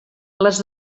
les